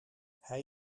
hij